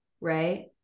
Right